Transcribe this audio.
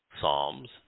psalms